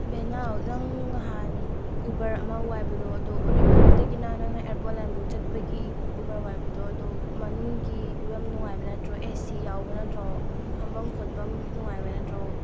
ꯕꯦꯅꯥꯎ ꯅꯪ ꯅꯍꯥꯟ ꯎꯕꯔ ꯑꯃ ꯋꯥꯏꯕꯗꯣ ꯑꯗꯣ ꯎꯔꯤꯄꯣꯛꯇꯒꯤꯅ ꯅꯪꯅ ꯑꯦꯌꯥꯔꯄꯣꯠ ꯂꯥꯏꯟꯐꯥꯎ ꯆꯠꯄꯒꯤ ꯎꯕꯔ ꯋꯥꯏꯕꯗꯣ ꯑꯗꯣ ꯃꯅꯨꯡꯒꯤ ꯐꯤꯕꯝ ꯅꯨꯡꯉꯥꯏꯕ ꯅꯠꯇ꯭ꯔꯣ ꯑꯦ ꯁꯤ ꯌꯥꯎꯕ ꯅꯠꯇ꯭ꯔꯣ ꯐꯝꯐꯝ ꯈꯣꯠꯐꯝ ꯅꯨꯡꯉꯥꯏꯕ ꯅꯠꯇ꯭ꯔꯣ